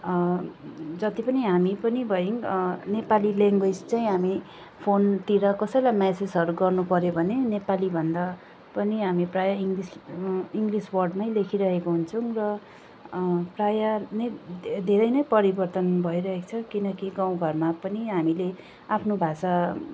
जति पनि हामी पनि भयौँ नेपाली ल्याङ्ग्वेज चाहिँ हामी फोनतिर कसैलाई म्यासेजहरू गर्नुपऱ्यो भने नेपालीभन्दा पनि हामी प्रायः इङ्लिस इङ्लिस वर्डमै लेखिरहेको हुन्छौँ र प्रायः नै धेरै नै परिवर्तन भइरहेको छ किनकि गाउँ घरमा पनि हामीले आफ्नो भाषा